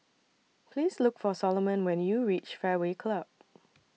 Please Look For Solomon when YOU REACH Fairway Club